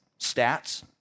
stats